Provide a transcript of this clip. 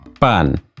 pan